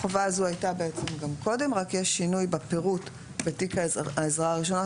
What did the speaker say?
החובה הזאת הייתה גם קודם רק יש שינוי בפירוט בתיק העזרה הראשונה.